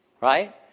Right